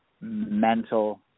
mental